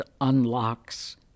unlocks